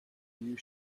you